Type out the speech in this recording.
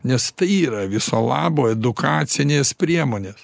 nes tai yra viso labo edukacinės priemonės